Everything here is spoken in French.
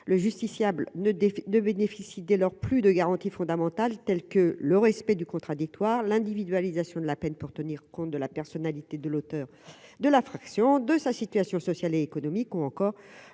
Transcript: le justiciable ne des de bénéficient dès leur plus de garanties fondamentales telles que le respect du contradictoire, l'individualisation de la peine pour tenir compte de la personnalité de l'auteur de l'infraction de sa situation sociale et économique, ou encore